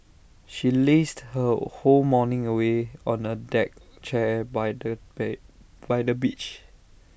she lazed her whole morning away on A deck chair by the bay by the beach